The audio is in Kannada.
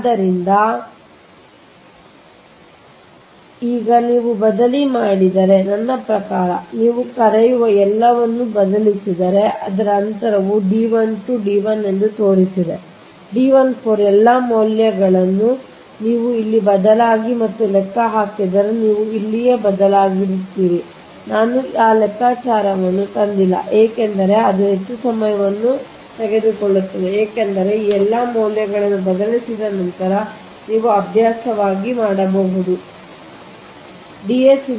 ಆದ್ದರಿಂದ ಹಿಡಿದುಕೊಳ್ಳಿ ಆದ್ದರಿಂದ ಈಗ ನೀವು ಬದಲಿ ಮಾಡಿದರೆ ನನ್ನ ಪ್ರಕಾರ ನೀವು ಈಗ ಕರೆಯುವ ಎಲ್ಲವನ್ನೂ ನೀವು ಬದಲಿಸಿದರೆ ನಾನು ಈ ಅಂತರರವನ್ನು D12 D1 ಎಂದು ತೋರಿಸಿದೆ ನಿಮ್ಮ D14 ಎಲ್ಲಾ ಮೌಲ್ಯಗಳನ್ನು ನೀವು ಇಲ್ಲಿ ಬದಲಿಯಾಗಿ ಮತ್ತು ಲೆಕ್ಕ ಹಾಕಿದರೆ ನೀವು ಇಲ್ಲಿಯೇ ಬದಲಿಯಾಗಿರುತ್ತೀರಿ ನಾನು ಆ ಲೆಕ್ಕಾಚಾರವನ್ನು ತಂದಿಲ್ಲ ಏಕೆಂದರೆ ಅದು ಹೆಚ್ಚು ಸಮಯವನ್ನು ಕೊಲ್ಲುತ್ತದೆ ಏಕೆಂದರೆ ಈ ಎಲ್ಲಾ ಮೌಲ್ಯಗಳನ್ನು ಬದಲಿಸಿದ ನಂತರ ನೀವು ಅಭ್ಯಾಸವಾಗಿ ಮಾಡಬಹುದು ನೀವು ಬದಲಿಸುವಿರಿ